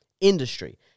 industry